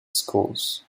schools